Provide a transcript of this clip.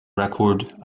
record